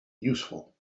useful